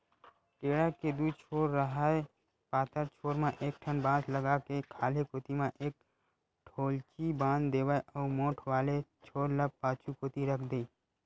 टेंड़ा के दू छोर राहय पातर छोर म एक ठन बांस लगा के खाल्हे कोती म एक डोल्ची बांध देवय अउ मोठ वाले छोर ल पाछू कोती रख देय